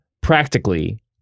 practically